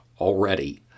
already